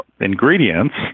ingredients